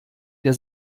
der